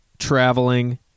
traveling